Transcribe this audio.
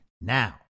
now